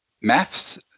maths